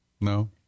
no